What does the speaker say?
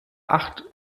acht